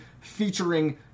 featuring